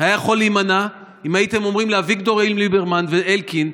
היה יכול להימנע אם הייתם אומרים לאביגדור ליברמן ואלקין,